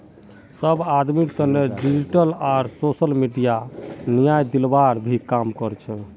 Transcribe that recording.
सब आदमीर तने डिजिटल आर सोसल मीडिया न्याय दिलवार भी काम कर छे